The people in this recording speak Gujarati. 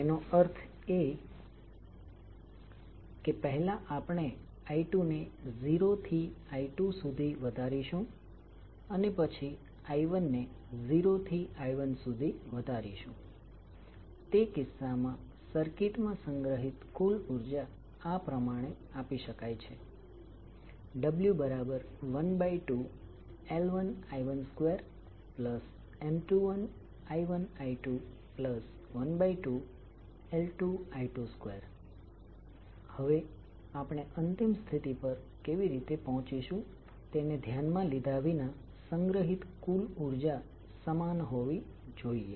તેનો અર્થ એ છે કે પહેલા આપણે i2ને 0 થી I2સુધી વધારીશું અને પછી i1ને 0 થી I1સુધી વધારીશું તે કિસ્સામાં સર્કિટ માં સંગ્રહિત કુલ ઉર્જા આ પ્રમાણે આપી શકાય છે w12L1I12M21I1I212L2I22 હવે આપણે અંતિમ સ્થિતિ પર કેવી રીતે પહોંચીશું તેને ધ્યાનમાં લીધા વિના સંગ્રહિત કુલ ઉર્જા સમાન હોવી જોઈએ